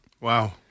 Wow